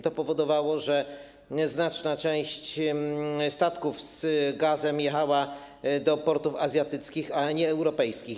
To powodowało, że znaczna część statków z gazem jechała do portów azjatyckich, a nie europejskich.